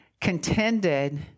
contended